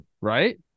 right